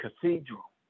Cathedral